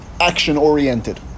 action-oriented